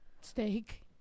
Steak